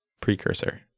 precursor